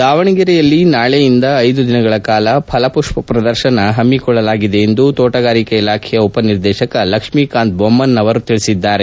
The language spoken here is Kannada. ದಾವಣಗೆರೆಯಲ್ಲಿ ನಾಳೆಯಿಂದ ಐದು ದಿನಗಳ ಕಾಲ ಫಲಪುಷ್ಪ ಪ್ರದರ್ಶನ ಹಮ್ಮಿಕೊಳ್ಳಲಾಗಿದೆ ಎಂದು ತೋಟಗಾರಿಕೆ ಇಲಾಖೆ ಉಪನಿರ್ದೇಶಕ ಲಕ್ಷ್ಮೀ ಕಾಂತ ಬೊಮ್ನ್ನವರ್ ತಿಳಿಸಿದರು